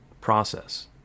process